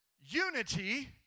unity